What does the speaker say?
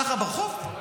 ככה ברחוב?